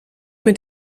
mit